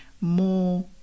more